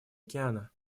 океана